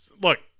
look